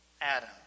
Adam